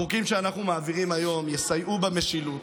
החוקים שאנחנו מעבירים היום יסייעו במשילות,